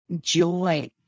joy